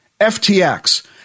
FTX